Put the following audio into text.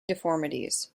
deformities